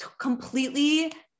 completely